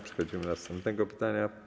Przechodzimy do następnego pytania.